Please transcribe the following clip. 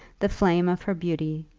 the flame of her beauty,